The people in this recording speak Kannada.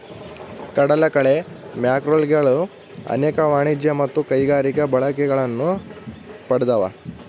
ಕಡಲಕಳೆ ಮ್ಯಾಕ್ರೋಲ್ಗೆಗಳು ಅನೇಕ ವಾಣಿಜ್ಯ ಮತ್ತು ಕೈಗಾರಿಕಾ ಬಳಕೆಗಳನ್ನು ಪಡ್ದವ